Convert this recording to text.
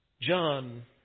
John